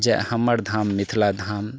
जे हमर धाम मिथिला धाम